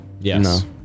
yes